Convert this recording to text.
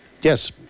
Yes